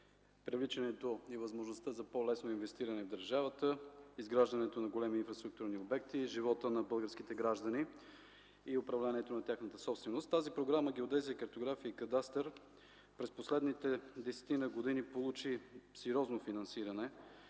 привличането и възможността за по-лесно инвестиране в държавата, изграждането на големи инфраструктурни обекти, така и върху живота на българските граждани и управлението на тяхната собственост. Програмата „Геодезия, картография и кадастър” през последните десетина години получи сериозно финансиране